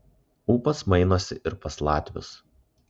ūpas mainosi ir pas latvius